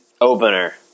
Opener